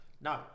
No